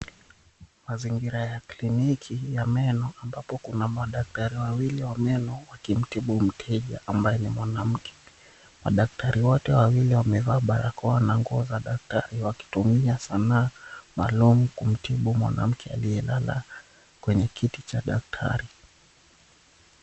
Mazingira ya kliniki ya meno ambapo kuna madaktari wawili wa meno wakimtibu mteja ambaye ni mwanamke. Madaktari wote wawili wamevaa barakoa na nguo za daktari wakitumia sanaa maalum kumtibu mwanamke aliyelala kwenye kiti cha daktari.